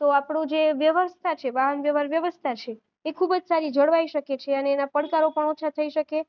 તો આપણું જે વ્યવસ્થા છે વાહન વ્યવહાર વ્યવસ્થા છે એ ખૂબ જ સારી જળવાઈ શકે છે અને એના પડકારો પણ ઓછા થઈ શકે